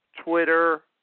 Twitter